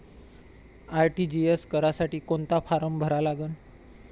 RTGS करासाठी कोंता form भरा लागन?